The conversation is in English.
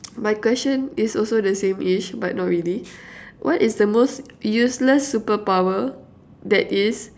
my question is also the sameish but not really what is the most useless super power that is